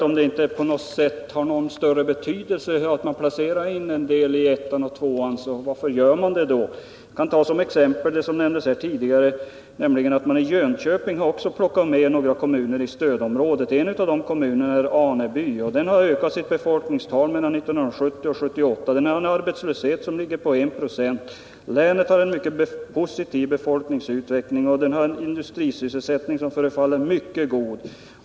Om det inte har någon större betydelse att man placerar in en del kommuner och län i ettan och tvåan, varför gör man det då, Pär Granstedt? Jag kan ta som exempel att man i Jönköping har plockat med några kommuner i stödområdet. En av dem är Aneby. Den har ökat sitt befolkningstal mellan 1970 och 1978 och har en arbetslöshet som ligger på 1 4. Länet har en positiv befolkningsutveckling och en industrisysselsättning som förefaller mycket god.